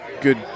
Good